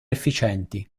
efficienti